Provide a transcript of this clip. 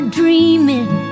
dreaming